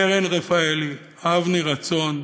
קרן רפאלי, אבי רצון.